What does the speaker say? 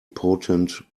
potent